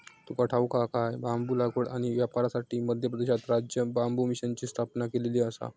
तुका ठाऊक हा काय?, बांबू लागवड आणि व्यापारासाठी मध्य प्रदेशात राज्य बांबू मिशनची स्थापना केलेली आसा